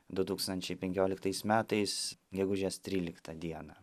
du tūkstančiai penkioliktais metais gegužės tryliktą dieną